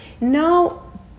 no